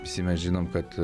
visi mes žinom kad